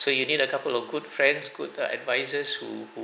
so you need a couple of good friends good uh advisors who who